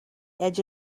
edge